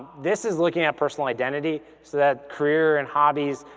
this is looking at personal identity so that career and hobbies,